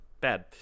bad